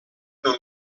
non